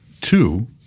Two